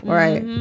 right